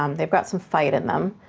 um they've got some fight in them,